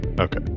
okay